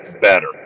better